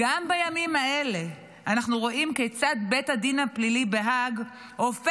גם בימים האלה אנחנו רואים כיצד בית הדין הפלילי בהאג הופך